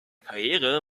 karriere